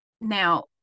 Now